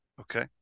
Okay